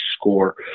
score